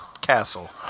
castle